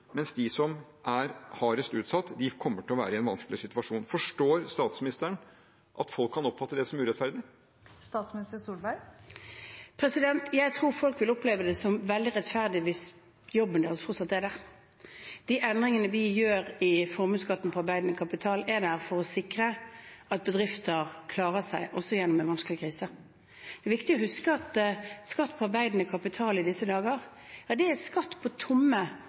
mens de som er hardest utsatt, kommer til å være i en vanskelig situasjon. Forstår statsministeren at folk kan oppfatte det som urettferdig? Jeg tror folk vil oppleve det som veldig rettferdig hvis jobben deres fortsatt er der. De endringene vi gjør i formuesskatten på arbeidende kapital, er der for å sikre at bedrifter klarer seg også gjennom en vanskelig krise. Det er viktig å huske at skatt på arbeidende kapital i disse dager er skatt på tomme hotellsenger, det er skatt på